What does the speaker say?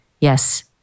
Yes